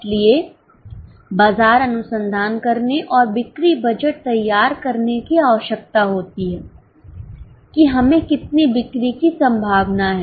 इसलिए बाजार अनुसंधान करने और बिक्री बजट तैयार करने की आवश्यकता होती है कि हमें कितनी बिक्री की संभावना है